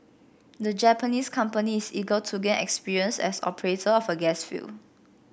the Japanese company is eager to gain experience as operator of a gas field